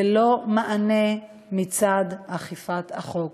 בלא מענה מצד מערכת אכיפת החוק.